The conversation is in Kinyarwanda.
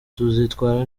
tuzitwara